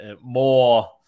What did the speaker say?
more